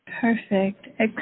Perfect